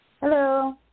Hello